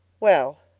well,